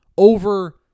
over